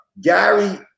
Gary